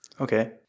Okay